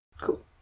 Cool